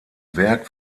werk